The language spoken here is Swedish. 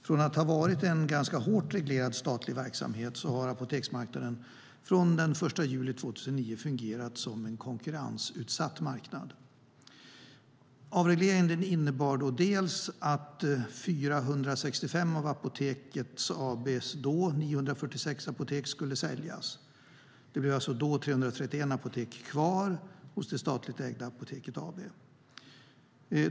Från att ha varit en ganska hårt reglerad statlig verksamhet har apoteksmarknaden från den 1 juli 2009 fungerat som en konkurrensutsatt marknad. Avregleringen innebar att 465 av Apoteket AB:s 946 apotek skulle säljas - 331 apotek blev alltså kvar hos det statligt ägda Apoteket AB.